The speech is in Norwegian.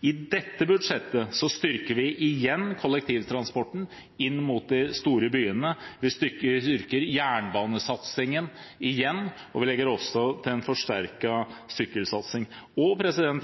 I dette budsjettet styrker vi igjen kollektivtransporten inn til de store byene. Vi styrker jernbanesatsingen igjen. Vi legger også opp til en forsterket sykkelsatsing.